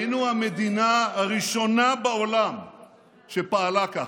היינו המדינה הראשונה בעולם שפעלה כך,